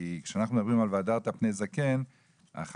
כי כשאנחנו מדברים על והדרת פני זקן בחיים